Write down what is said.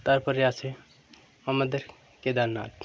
তারপর আছে আমাদের কেদারনাথ